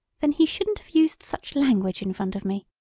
then he shouldn't have used such language in front of me.